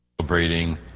Celebrating